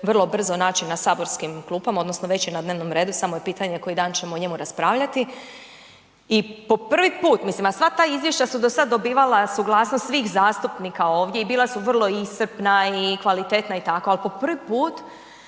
vrlo brzo naći na saborskim klupama, odnosno već je na dnevnom redu samo je pitanje koji dan ćemo o njemu raspravljati i po prvi put, mislim a sva ta izvješća su do sad dobivala suglasnost svih zastupnika ovdje i bila su vrlo iscrpna i kvalitetna i tako, ali po prvi put